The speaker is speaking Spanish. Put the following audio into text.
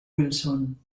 wilson